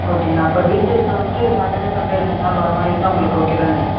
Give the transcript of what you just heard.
ஓகேங்க அப்போ வீக் டேஸ்ல வந்துட்டு சாட்டர்டே சண்டே ரெண்டு நாள் வர்றமாதிரியிருந்தா உங்களுக்கு ஓகே தானே